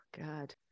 God